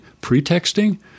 pretexting